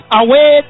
away